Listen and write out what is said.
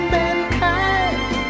mankind